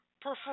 prefer